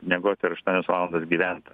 miegot ir aštuonias valandas gyvent